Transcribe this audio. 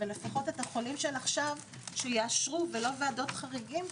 אבל לפחות את החולים של עכשיו שיאשרו ולא ועדות חריגים.